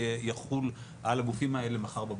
שיחול על הגופים האלה מחר בבוקר.